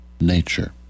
nature